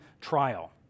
trial